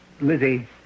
Lizzie